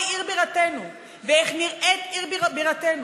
עיר בירתנו ואיך נראית עיר בירתנו.